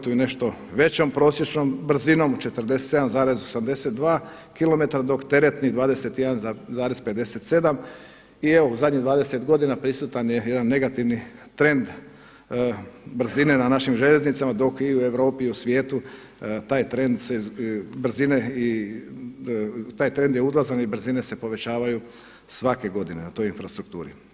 nešto većom prosječnom brzinom od 47,82km dok teretni 21,57 i evo u zadnjih 20 godina prisutan je jedan negativni trend brzine na našim željeznicama, dok u Europi i u svijetu taj trend brzine taj trend je uzlazan i brzine se povećavaju svake godine na toj infrastrukturi.